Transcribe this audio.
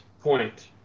point